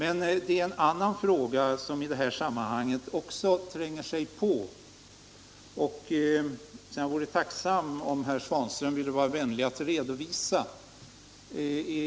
En annan fråga tränger sig på i det här sammanhanget, och jag vore tacksam om herr Svanström ville vara vänlig att redovisa sin syn på den.